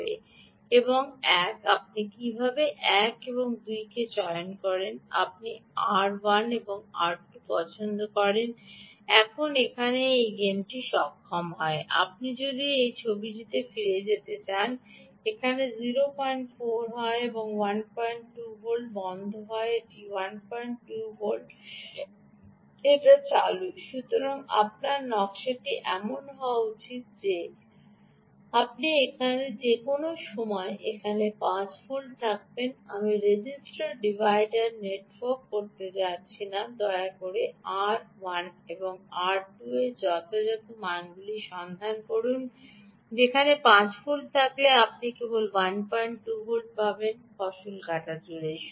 এক এবং আপনি কীভাবে R1 এবং R2 চয়ন করেন আপনি R1 এবং R2 পছন্দ করেন যে এখন এখানে এই গেমটি সক্ষম হয় আপনি যদি এই ছবিতে ফিরে যান তবে এটি 04 হয় এটি 12 ভোল্টের বন্ধ এটি 12 ভোল্ট এটা চালু সুতরাং আপনার নকশাটি এমন হওয়া উচিত যে আপনি এখানে যে কোনও সময় এখানে 5 ভোল্ট থাকবেন আমি রেজিস্টর ডিভাইডার নেটওয়ার্ক করতে যাচ্ছি না দয়া করে R1 এবং R2 এর যথাযথ মানগুলি সন্ধান করুন যেখানে 5 ভোল্ট থাকলে আপনি কেবল 12 পাবেন ফসল কাটা জুড়ে